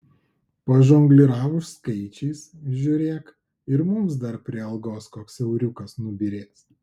pažongliravus skaičiais žiūrėk ir mums dar prie algos koks euriukas nubyrės